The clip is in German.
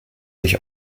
sich